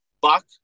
Buck